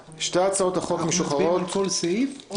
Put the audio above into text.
אנחנו מצביעים על כל סעיף או על כל הצעה כולה?